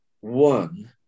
One